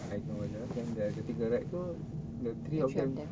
I know then the lagi tiga ride tu the three of them